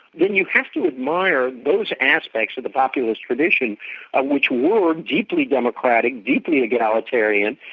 then you have to admire those aspects of the populist tradition ah which were deeply democratic, deeply egalitarian,